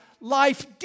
life